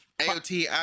AOT